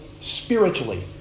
spiritually